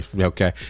Okay